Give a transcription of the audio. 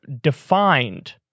defined